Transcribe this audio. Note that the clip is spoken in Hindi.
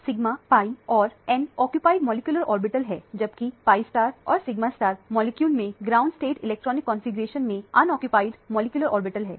सिग्मा pi और n ओक्कुपीड मॉलिक्यूलर ऑर्बिटल्स हैं जबकि pi और सिग्मा मॉलिक्यूल में ग्राउंड स्टेट इलेक्ट्रॉनिक कॉन्फ़िगरेशन में खाली मॉलिक्यूलर ऑर्बिटल हैं